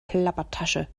plappertasche